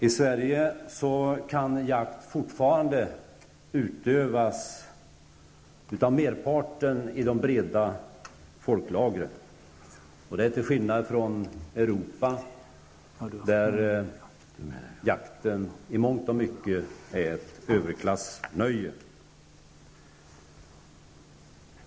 I Sverige kan jakt fortfarande utövas av merparten i de breda folklagren till skillnad från övriga Europa där jakten i mångt och mycket är ett överklassnöje.